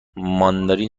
ماندارین